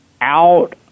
out